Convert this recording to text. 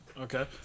Okay